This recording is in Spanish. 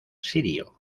sirio